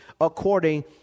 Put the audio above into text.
according